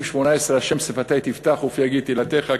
שמונה-עשרה: "ה' שפתי תפתח ופי יגיד תהילתך".